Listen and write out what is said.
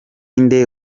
nde